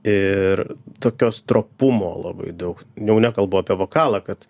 ir tokio stropumo labai daug jau nekalbu apie vokalą kad